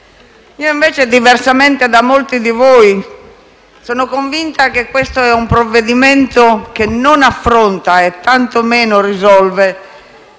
colleghi, diversamente da molti di voi, sono convinta che questo sia un provvedimento che non affronta, e tantomeno risolve,